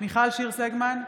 מיכל שיר סגמן,